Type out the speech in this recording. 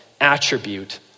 attribute